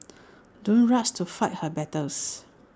don't rush to fight her battles